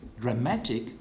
dramatic